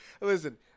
listen